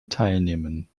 teilnehmen